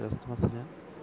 ക്രിസ്തുമസിന്